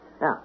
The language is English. Now